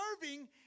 serving